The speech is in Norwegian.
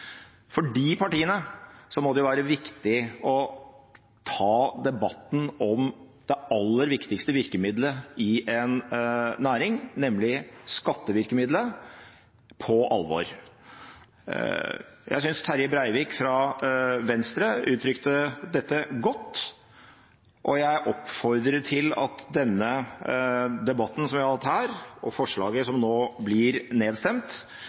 må det jo være viktig å ta debatten om det aller viktigste virkemiddelet i en næring, nemlig skattevirkemiddelet, på alvor. Jeg synes Terje Breivik fra Venstre uttrykte dette godt, og jeg oppfordrer til at den debatten som vi har hatt her, og forslaget som i dag blir nedstemt,